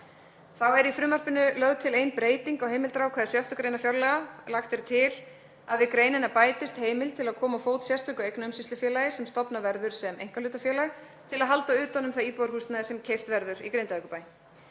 Þá er í frumvarpinu er lögð til ein breyting á heimildarákvæði 6. gr. fjárlaga. Lagt er til að við greinina bætist heimild til að koma á fót sérstöku eignaumsýslufélagi sem stofnað verður sem einkahlutafélag til að halda utan um það íbúðarhúsnæði sem keypt verður í Grindavíkurbæ.